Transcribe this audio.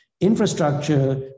infrastructure